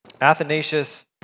Athanasius